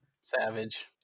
Savage